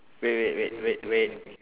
wait wait wait wait wait